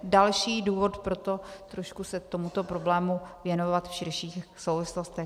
Další důvod pro to trošku se tomuto problému věnovat v širších souvislostech.